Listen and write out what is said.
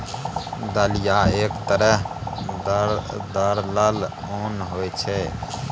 दलिया एक तरहक दरलल ओन होइ छै